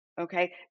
okay